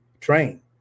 train